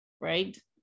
Right